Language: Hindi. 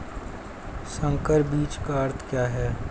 संकर बीज का अर्थ क्या है?